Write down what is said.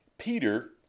Peter